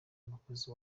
umukozi